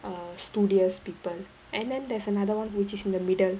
err studious people and then there's another one which is in the middle